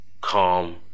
calm